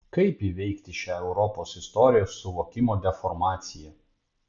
kaip įveikti šią europos istorijos suvokimo deformaciją